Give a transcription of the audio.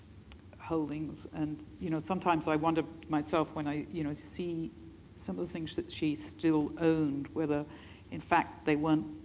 holdings and you know sometimes i wonder to myself when i you know see some of the things that she still owned, whether in fact they weren't,